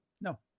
No